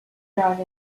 drive